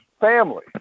family